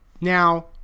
Now